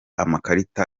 amakarita